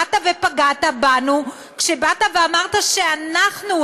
באת ופגעת באנו כשאמרת שאנחנו,